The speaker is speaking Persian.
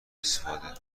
استفاده